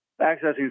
accessing